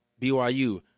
BYU